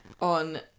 on